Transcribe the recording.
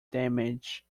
damaged